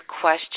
question